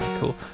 Cool